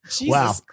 wow